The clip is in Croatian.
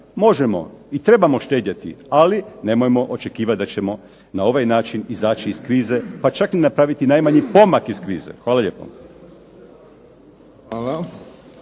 možemo i trebamo štedjeti, ali nemojmo očekivati da ćemo na ovaj način izaći iz krize, pa čak ni napraviti najmanji pomak iz krize. Hvala lijepo.